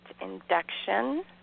induction